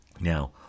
Now